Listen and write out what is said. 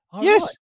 Yes